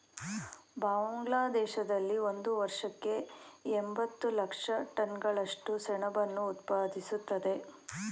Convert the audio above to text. ಬಾಂಗ್ಲಾದೇಶದಲ್ಲಿ ಒಂದು ವರ್ಷಕ್ಕೆ ಎಂಬತ್ತು ಲಕ್ಷ ಟನ್ಗಳಷ್ಟು ಸೆಣಬನ್ನು ಉತ್ಪಾದಿಸ್ತದೆ